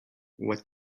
what